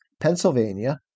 Pennsylvania